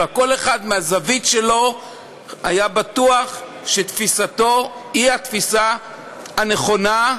רק כל אחד מהזווית שלו היה בטוח שתפיסתו היא התפיסה הנכונה,